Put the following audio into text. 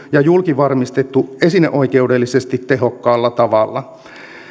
ja julkivarmistettu esineoikeudellisesti tehokkaalla tavalla